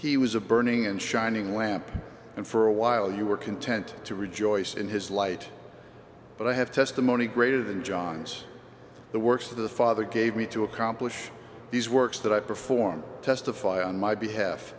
he was a burning and shining lamp and for a while you were content to rejoice in his light but i have testimony greater than john's the works of the father gave me to accomplish these works that i perform testify on my behalf